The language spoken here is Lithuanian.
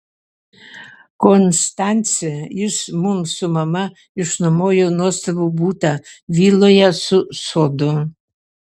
konstance jis mums su mama išnuomojo nuostabų butą viloje su sodu